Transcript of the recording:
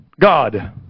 god